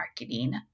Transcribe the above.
marketing